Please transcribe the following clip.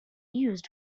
used